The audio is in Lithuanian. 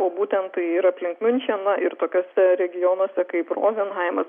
o būtent tai yra apie miuncheną ir tokiuose regionuose kaip rozenhaimas